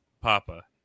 Papa